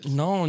no